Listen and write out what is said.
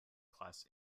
class